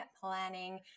planning